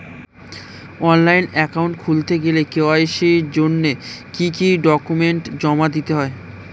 Online account খুলতে গেলে KYC জন্য কি কি ডকুমেন্ট জমা দিতে হবে?